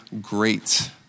great